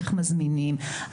איך מזמינים,